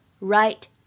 right